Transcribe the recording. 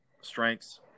strengths